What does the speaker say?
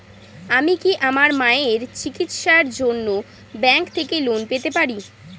আমি কি আমার মায়ের চিকিত্সায়ের জন্য ব্যঙ্ক থেকে লোন পেতে পারি?